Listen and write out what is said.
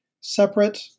separate